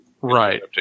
Right